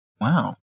wow